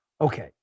Okay